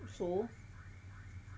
so